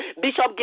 Bishop